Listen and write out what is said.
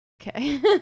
okay